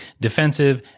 defensive